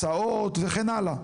הסעות וכן הלאה,